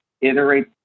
iterate